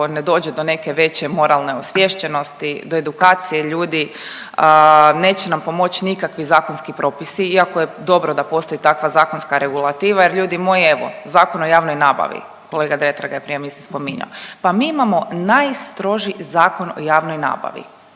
ne dođe do neke veće moralne osvješćenosti, do edukacije ljudi neće nam pomoći nikakvi zakonski propisi iako je dobro da postoji takva zakonska regulativa jer ljudi moji evo, Zakon o javnoj nabavi, kolega Dretar ga je prije mislim spominjao, pa mi imamo najstroži Zakon o javnoj nabavi